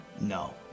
No